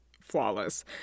flawless